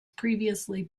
previously